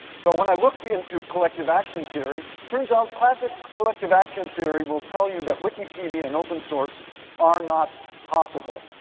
so when i looked in to collective action theory, turns out classic collective action theory will tell you that wikipedia and open source are not possible.